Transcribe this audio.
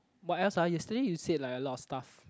what else ah yesterday you said like a lot of stuffs